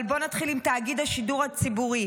אבל בואו נתחיל עם תאגיד השידור הציבורי,